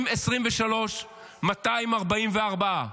2023, 244,